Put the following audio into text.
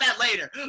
later